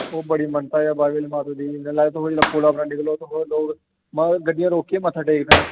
बड़ी मनता ऐ बाह्वे आह्ली माता दी तुस जिसलै पुलै उप्परा निकलो तुस दिक्खो लोक गड्डियां रोकियै मत्था टेकदे न